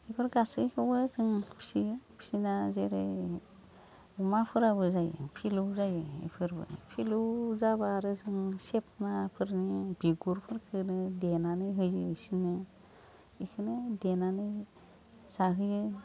बेफोर गासैखौबो जों फिसियो फिना जेरै अमाफोराबो जायो फिलौ जायो बेफोरबो फिलौ जाबा आरो जों माफोरनि बिगुरफोरखोनो देनानै होयो इसिनो इखोनो देनानै जाहोयो